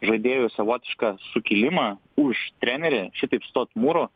žaidėjų savotišką sukilimą už trenerį šitaip stot mūru